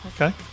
Okay